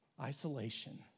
isolation